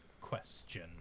question